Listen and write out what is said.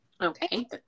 Okay